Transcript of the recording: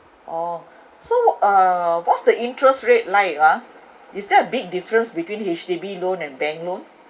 orh so uh what's the interest rate like ah is there a big difference between H_D_B loan and bank loan